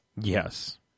Yes